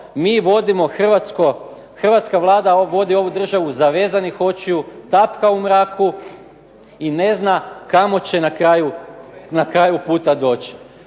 Hrvatska vlada vodi ovu državu zavezanih očiju, tapka u mraku i ne zna kamo će na kraju puta doći.